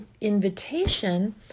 invitation